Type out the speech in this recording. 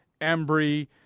Embry